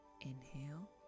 Inhale